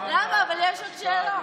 למה, אבל יש עוד שאלות.